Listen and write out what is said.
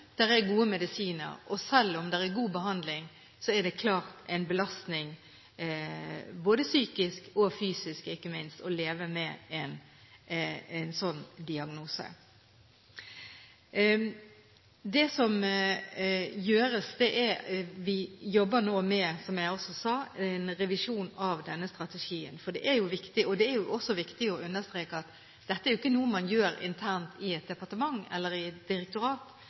er gode medisiner og god behandling, er det klart en belastning både psykisk og fysisk, ikke minst, å leve med en sånn diagnose. Det som gjøres, er at vi nå jobber med, som jeg sa, en revisjon av denne strategien. Det er viktig å understreke at dette er ikke noe man gjør internt i et departement eller i et direktorat.